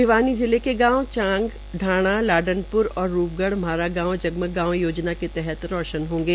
भिवानी जिले के गांव चांग ढाणा लाडनप्र और रूपगढ़ म्हारा गांव जगमग गांव योजना के तहत रौशन होंगे